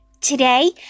Today